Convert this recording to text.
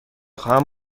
خواهم